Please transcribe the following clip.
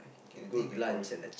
can I think you call it